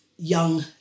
young